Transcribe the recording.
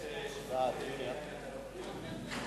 התשס"ט 2009,